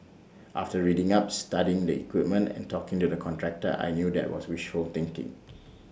after reading up studying the equipment and talking to the contractor I knew that was wishful thinking